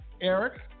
Eric